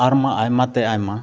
ᱟᱨᱢᱟ ᱟᱭᱢᱟᱛᱮ ᱟᱭᱢᱟ